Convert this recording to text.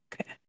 Okay